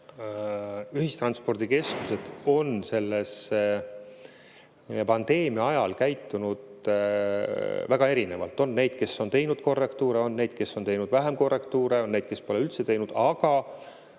ühistranspordikeskused on praeguse pandeemia ajal käitunud väga erinevalt. On neid, kes on teinud korrektuure, on neid, kes on teinud vähem korrektuure, on neid, kes pole üldse teinud. Aga